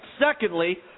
Secondly